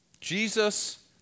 Jesus